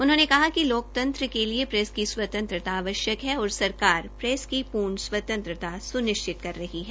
उन्होंने कहा कि लोकतंत्र के लिए प्रैस की स्वतंत्रता आवश्यक है और सरकार प्रैस की पूर्ण स्वतंत्रता सुनिश्चित कर रही है